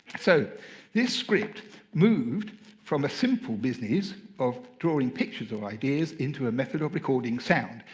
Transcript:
so this script moved from a simple business of drawing pictures or ideas into a method of recording sound.